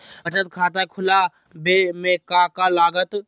बचत खाता खुला बे में का का लागत?